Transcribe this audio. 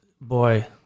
boy